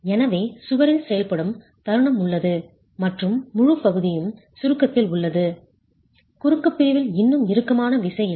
எனவே சுவரில் செயல்படும் தருணம் உள்ளது மற்றும் முழு பகுதியும் சுருக்கத்தில் உள்ளது குறுக்கு பிரிவில் இன்னும் இறுக்கமான விசைஇல்லை